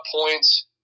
points